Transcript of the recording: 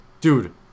Dude